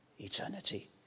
eternity